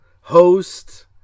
host